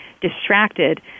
distracted